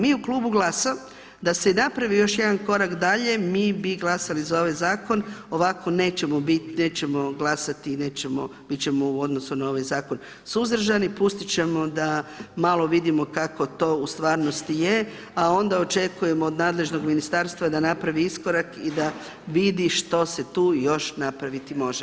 Mi u klubu GLAS-a da se i napravi još jedan korak dalje, mi bi glasali za ovaj zakon, ovako nećemo glasati, i nećemo, biti ćemo u odnosu na ovaj zakon suzdržani, pustiti ćemo da malo vidimo kako to u stvarnosti je a onda očekujemo od nadležnog ministarstva da napravi iskorak i da vidi što se tu još napraviti može.